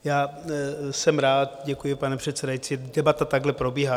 Já jsem rád, děkuji, pane předsedající, že debata takhle probíhá.